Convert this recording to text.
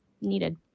needed